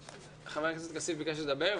חבר הכנסת כסיף ביקש לדבר,